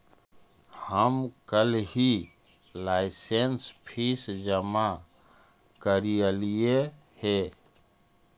हम कलहही licence fees जमा करयलियइ हे